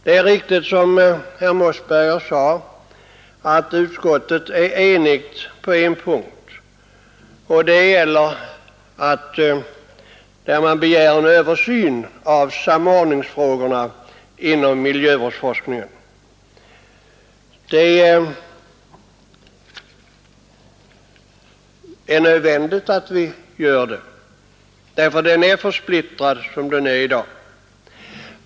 Det är riktigt, som herr Mossberger sade, att utskottet är enigt på en punkt, och den gäller behovet av en översyn av samordningsfrågorna inom miljövårdsforskningen. Det är nödvändigt att vi gör en sådan översyn; miljövårdsforskningen är i dag för splittrad.